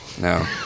No